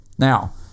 now